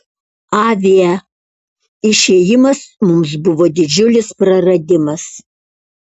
avie išėjimas mums buvo didžiulis praradimas